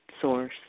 source